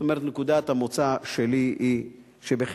זאת אומרת, נקודת המוצא שלי היא שבחברה